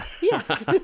Yes